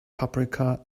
paprika